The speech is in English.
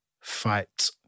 fight